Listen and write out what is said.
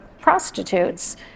prostitutes